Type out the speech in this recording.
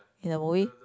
in the movie